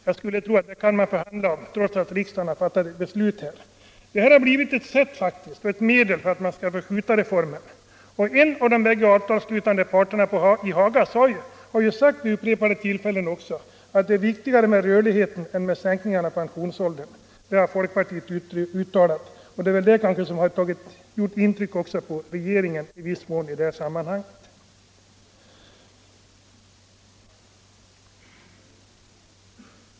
Jag skulle tro att om dessa kan man förhandla trots att riksdagen fattat beslut. Sedan ligger det fördelar i att ikraftträdandet av reformen sker vid ett årsskifte. Det här har blivit ett sätt och ett medel att skjuta på reformen. En av parterna i Haga har ju vid upprepade tillfällen sagt att det är viktigare med rörligheten än med sänkning av pensionsåldern. Det har folkpartiet uttalat, och det är väl det som i viss mån har gjort intryck på regeringen i detta sammanhang.